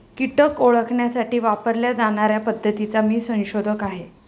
कीटक ओळखण्यासाठी वापरल्या जाणार्या पद्धतीचा मी संशोधक आहे